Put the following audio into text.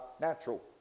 natural